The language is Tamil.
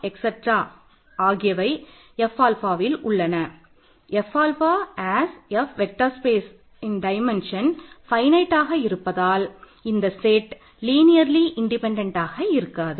எக்ஸ்டென்ஷனின் இருக்காது